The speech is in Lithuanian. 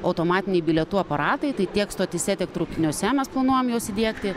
automatiniai bilietų aparatai tai tiek stotyse tiek traukiniuose mes planuojam juos įdiegti